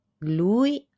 Lui